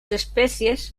especies